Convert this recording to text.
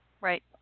right